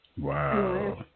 Wow